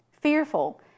fearful